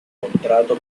contrato